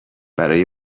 برای